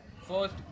first